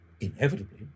Inevitably